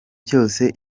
cyose